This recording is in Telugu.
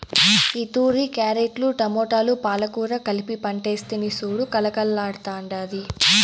ఈతూరి క్యారెట్లు, టమోటాలు, పాలకూర కలిపి పంటేస్తిని సూడు కలకల్లాడ్తాండాది